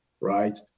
right